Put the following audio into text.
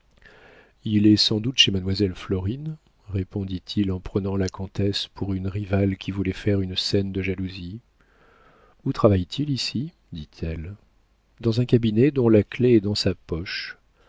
il est sans doute chez mademoiselle florine répondit-il en prenant la comtesse pour une rivale qui voulait faire une scène de jalousie où travaille t il ici dit-elle dans un cabinet dont la clef est dans sa poche